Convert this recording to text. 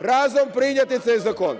разом прийняти цей закон.